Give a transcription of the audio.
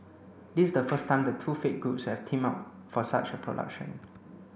this is the first time the two faith groups have teamed up for such a production